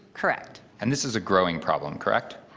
correct. and this is a growing problem, correct?